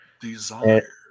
Desire